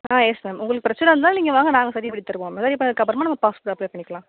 ஆ yes ma'am உங்களுக்கு பிரச்சனை இருந்தால் நீங்கள் வாங்க நாங்கள் சரி பண்ணித் தருவோம் அப்புறமா நம்ம பாஸ்போர்ட் அப்ளை பண்ணிக்கலாம்